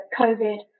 COVID